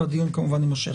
והדיון כמובן יימשך.